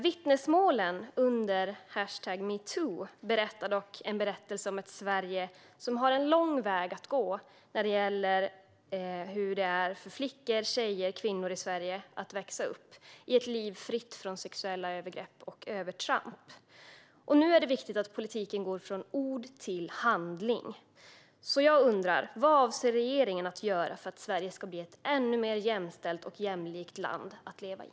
Vittnesmålen under hashtaggen #metoo berättade om ett Sverige som har en lång väg att gå när det gäller hur det är för flickor, tjejer och kvinnor i Sverige att växa upp fritt från sexuella övergrepp och övertramp. Nu är det viktigt att politiken går från ord till handling. Så jag undrar: Vad avser regeringen att göra för att Sverige ska bli ett ännu mer jämställt och jämlikt land att leva i?